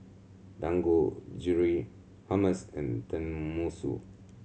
Dangojiru Hummus and Tenmusu